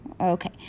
Okay